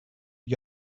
you